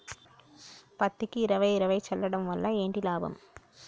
పత్తికి ఇరవై ఇరవై చల్లడం వల్ల ఏంటి లాభం?